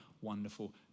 wonderful